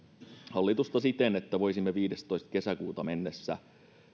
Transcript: hallitusta siten että voisimme viidestoista kesäkuuta mennessä